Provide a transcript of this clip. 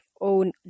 own